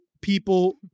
people